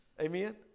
Amen